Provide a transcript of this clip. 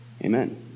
Amen